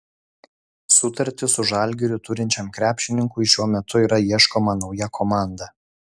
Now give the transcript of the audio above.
sutartį su žalgiriu turinčiam krepšininkui šiuo metu yra ieškoma nauja komanda